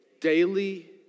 daily